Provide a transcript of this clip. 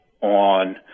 on